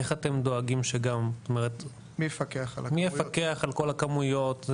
מי יפקח על כל הכמויות?